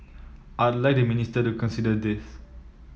I'd like the minister to consider this